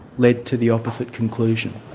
led to the opposite conclusion?